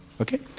okay